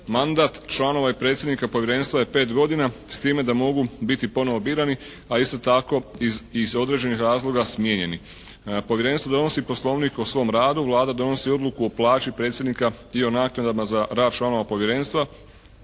Mandat članova i predsjednika povjerenstva je 5 godina, s time da mogu biti ponovo birani, a isto tako iz određenih razloga smijenjeni. Povjerenstvo donosi poslovnik o svom radu, Vlada donosi odluku o plaći predsjednika i o naknadama za rad članova povjerenstva.